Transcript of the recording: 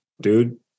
dude